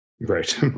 Right